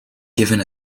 given